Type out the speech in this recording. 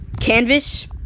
Canvas